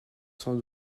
cent